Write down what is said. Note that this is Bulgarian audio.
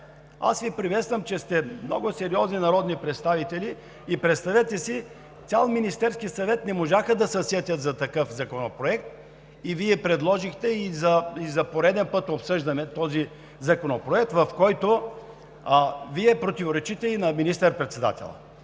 Аз Ви приветствам, че сте много сериозни народни представители. Представете си, цял Министерски съвет не можаха да се сетят за такъв законопроект. Вие предложихте и за пореден път обсъждаме този законопроект, в който Вие противоречите и на министър-председателя.